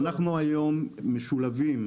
אנחנו היום משולבים,